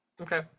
Okay